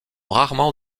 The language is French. rarement